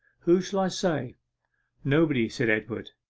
who shall i say nobody, said edward.